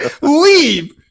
leave